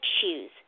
shoes